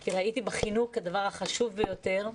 כי ראיתי בחינוך כדבר החשוב ביותר.